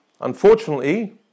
Unfortunately